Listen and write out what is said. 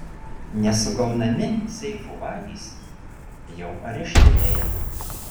nesugaunami seifų vagys jau areštinėje